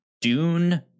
Dune